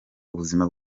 ubuzima